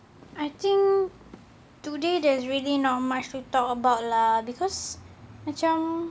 I think today there's really not much to talk about lah because macam